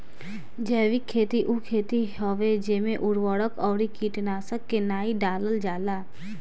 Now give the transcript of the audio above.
जैविक खेती उ खेती हवे जेमे उर्वरक अउरी कीटनाशक के नाइ डालल जाला